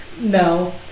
no